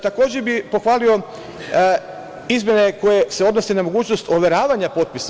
Takođe bih pohvalio izmene koje se odnose na mogućnost overavanja potpisa.